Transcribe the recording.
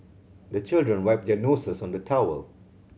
the children wipe their noses on the towel